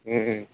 ହୁଁ ହୁଁ